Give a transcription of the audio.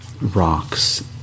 rocks